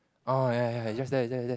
oh ya ya just there it's there is there